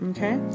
Okay